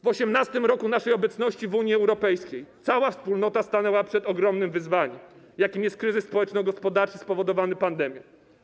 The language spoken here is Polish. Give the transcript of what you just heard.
W 18. roku naszej obecności w Unii Europejskiej cała Wspólnota stanęła przed ogromnym wyzwaniem, jakim jest kryzys społeczno-gospodarczy spowodowany pandemią.